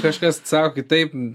kažkas sako kitaip